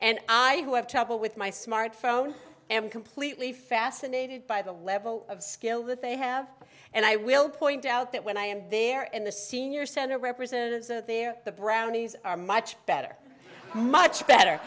and i who have trouble with my smartphone am completely fascinated by the level of skill that they have and i will point out that when i am there and the senior center representatives are there the brownies are much better much better